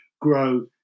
grow